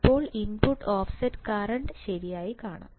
ഇപ്പോൾ input offset current ശരിയായി കാണാം